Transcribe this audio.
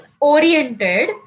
oriented